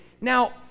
Now